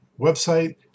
website